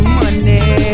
money